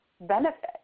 benefit